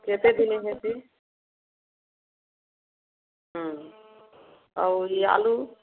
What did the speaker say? କେତେ ଦିନେ ହେସି ଆଉ ଇ ଆଲୁ